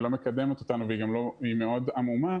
לא מקדמת אותנו והיא גם מאוד עמומה,